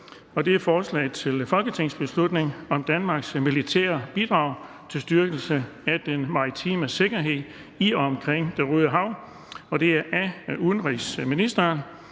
B 103: Forslag til folketingsbeslutning om danske militære bidrag til styrkelse af den maritime sikkerhed i og omkring Det Røde Hav. Af udenrigsministeren